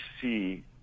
see